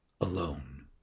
alone